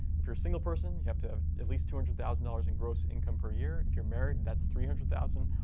if you're a single person, you have to have at least two hundred thousand dollars in gross income per year if you're married, that's three hundred thousand